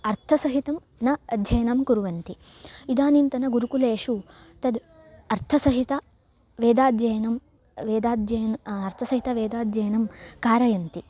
अर्थसहितं न अध्ययनं कुर्वन्ति इदानींतनेषु गुरुकुलेषु तद् अर्थसहितवेदाध्ययनं वेदाध्ययनम् अर्थसहितवेदाध्ययनं कारयन्ति